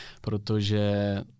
protože